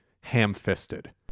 ham-fisted